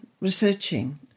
researching